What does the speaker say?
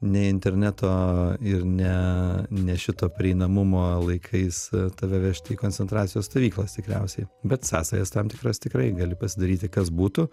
ne interneto ir ne ne šito prieinamumo laikais tave vežti į koncentracijos stovyklas tikriausiai bet sąsajas tam tikras tikrai gali pasidaryti kas būtų